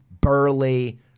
burly